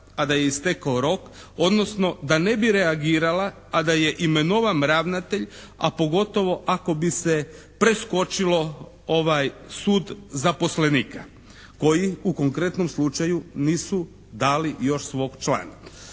a da je istekao rok odnosno da ne bi reagirala a da je imenovan ravnatelj a pogotovo ako bi se preskočilo sud zaposlenika, koji u konkretnom slučaju nisu dali još svog člana.